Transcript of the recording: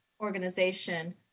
organization